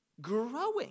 growing